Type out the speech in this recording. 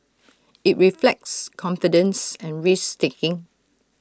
IT reflects confidence and risk taking